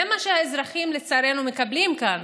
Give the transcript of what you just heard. זה מה שהאזרחים, לצערנו, מקבלים כאן: